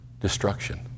destruction